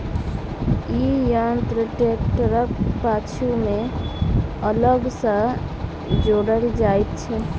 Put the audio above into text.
ई यंत्र ट्रेक्टरक पाछू मे अलग सॅ जोड़ल जाइत छै